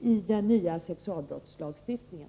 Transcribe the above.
i den nya sexualbrottslagstiftningen.